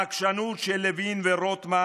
העקשנות של לוין ורוטמן